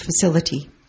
facility